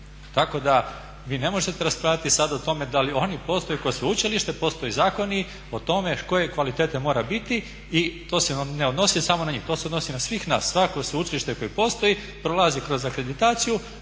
Tako da vi ne možete raspravljati sada o tome da li oni postoje kao sveučilište, postoje zakoni o tome koje kvalitete mora biti i to se ne odnosi samo na njih, to se odnosi na svih nas. Svakako sveučilište koje postoji prolazi kroz akreditaciju,